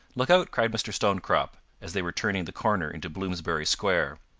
look out! cried mr. stonecrop, as they were turning the corner into bloomsbury square.